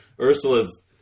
Ursula's